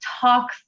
talk